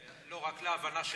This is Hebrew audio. לא, רק להבנה שלנו.